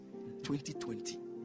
2020